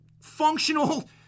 functional